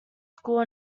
school